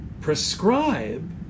prescribe